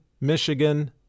Michigan